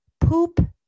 poop